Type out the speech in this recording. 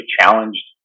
challenged